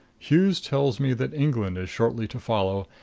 hughes tells me that england is shortly to follow,